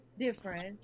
different